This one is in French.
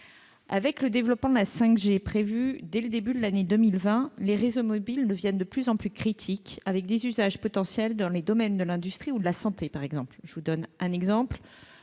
Avec le développement de la 5G qui est prévu dès le début de l'année 2020, les réseaux mobiles deviennent de plus en plus critiques du fait d'usages potentiels dans les domaines de l'industrie ou de la santé. Je vous donne un exemple